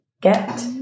get